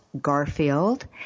Garfield